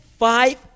five